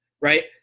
right